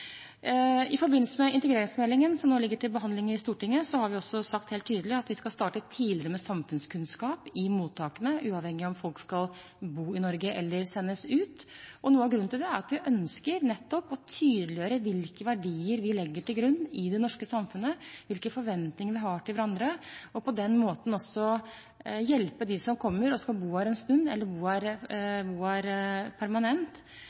I forbindelse med integreringsmeldingen, som nå ligger til behandling i Stortinget, har vi også sagt helt tydelig at vi skal starte tidligere med samfunnskunnskap i mottakene, uavhengig av om folk skal bo i Norge eller sendes ut. Noe av grunnen til det er at vi ønsker nettopp å tydeliggjøre hvilke verdier vi legger til grunn i det norske samfunnet, hvilke forventninger vi har til hverandre, og på den måten også hjelpe dem som kommer og skal bo her en stund eller bo her permanent,